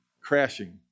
crashing